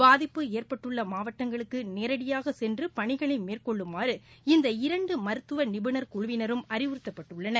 பாதிப்பு ஏற்பட்டுள்ள மாவட்டங்களுக்கு நேரடியாக சென்று பணிகளை மேற்கொள்ளுமாறு இந்த இரன்டு மருத்துவ நிபுணர் குமுவினரும் அறிவுறுத்தப்பட்டுள்ளனர்